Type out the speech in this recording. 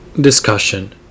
Discussion